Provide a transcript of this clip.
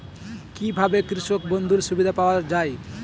কি ভাবে কৃষক বন্ধুর সুবিধা পাওয়া য়ায়?